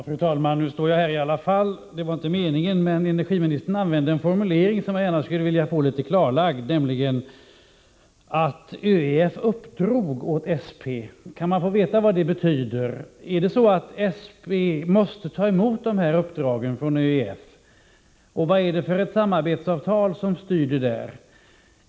Fru talman! Nu står jag här i alla fall, vilket inte var meningen. Men energiministern använde en formulering som jag skulle vilja få klarlagd, nämligen att ÖEF uppdrog åt SP att köpa oljan. Kan jag få veta vad det betyder? Måste SP ta emot dessa uppdrag från ÖEF? Vilket samarbetsavtal styr denna verksamhet?